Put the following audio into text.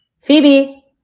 Phoebe